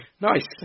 Nice